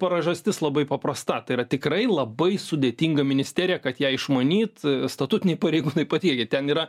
priežastis labai paprasta tai yra tikrai labai sudėtinga ministerija kad ją išmanyt statutiniai pareigūnai patikėkit ten yra